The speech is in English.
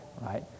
right